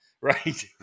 right